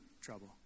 trouble